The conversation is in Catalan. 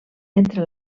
entre